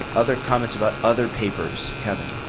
other comments about other papers, kevin?